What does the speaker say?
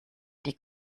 die